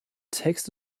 text